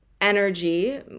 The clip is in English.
energy